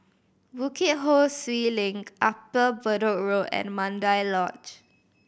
Bukit Ho Swee Link Upper Bedok Road and Mandai Lodge